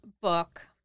book